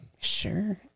Sure